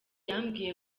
yambwiye